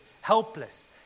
helpless